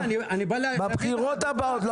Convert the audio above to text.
בבחירות הבאות.